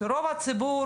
רוב הציבור,